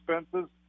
expenses